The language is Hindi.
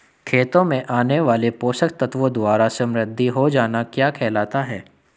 खेतों से आने वाले पोषक तत्वों द्वारा समृद्धि हो जाना क्या कहलाता है?